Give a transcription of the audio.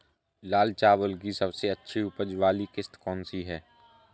लाल चावल की सबसे अच्छी उपज वाली किश्त कौन सी है?